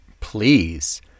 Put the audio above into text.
Please